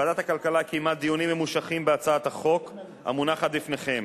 ועדת הכלכלה קיימה דיונים ממושכים בהצעת החוק המונחת בפניכם